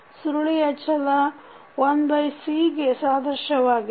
ಸುರುಳಿ ಅಚಲ 1C ಗೆ ಸಾದೃಶ್ಯವಾಗಿದೆ